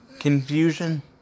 Confusion